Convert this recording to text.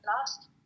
last